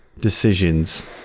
decisions